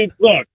look